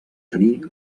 tenir